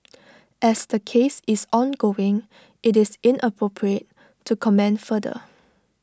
as the case is ongoing IT is inappropriate to comment further